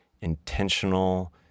intentional